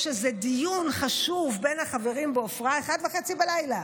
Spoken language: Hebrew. יש איזה דיון חשוב בין החברים בעפרה, 01:30,